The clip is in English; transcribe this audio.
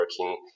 working